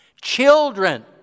Children